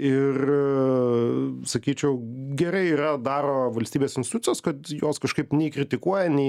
ir sakyčiau gerai yra daro valstybės institucijos kad jos kažkaip nei kritikuoja nei